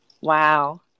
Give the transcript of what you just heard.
Wow